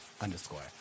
underscore